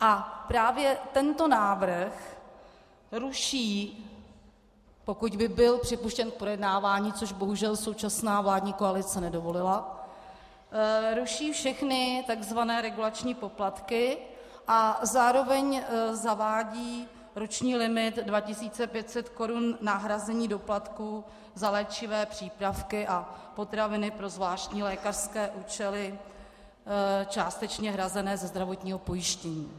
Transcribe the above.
A právě tento návrh ruší, pokud by byl připuštěn k projednávání, což bohužel současná vládní koalice nedovolila, ruší všechny regulační poplatky a zároveň zavádí roční limit 2 500 korun na hrazení doplatků za léčivé přípravky a potraviny pro zvláštní lékařské účely částečně hrazené ze zdravotního pojištění.